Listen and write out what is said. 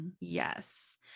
Yes